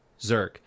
Zerk